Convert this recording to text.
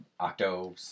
Octo